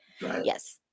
yes